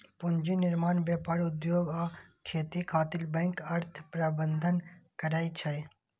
पूंजी निर्माण, व्यापार, उद्योग आ खेती खातिर बैंक अर्थ प्रबंधन करै छै